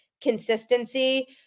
consistency